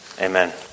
Amen